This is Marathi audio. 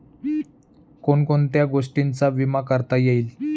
कोण कोणत्या गोष्टींचा विमा करता येईल?